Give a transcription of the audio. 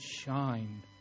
shine